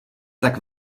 tak